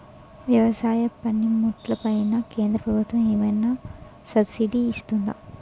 వ్యవసాయ పనిముట్లు పైన కేంద్రప్రభుత్వం ఏమైనా సబ్సిడీ ఇస్తుందా?